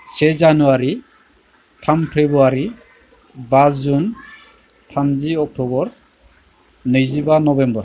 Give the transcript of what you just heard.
से जानुवारि थाम फेब्रुवारि बा जुन थामजि अक्ट'बर नैजिबा नबेम्बर